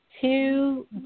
two